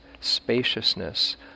spaciousness